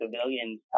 civilians